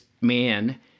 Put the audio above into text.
man